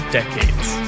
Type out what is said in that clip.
decades